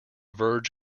verge